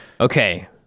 Okay